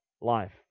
life